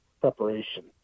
preparation